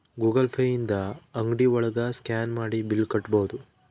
Google Pay ಇಂದ ಅಂಗ್ಡಿ ಒಳಗ ಸ್ಕ್ಯಾನ್ ಮಾಡಿ ಬಿಲ್ ಕಟ್ಬೋದು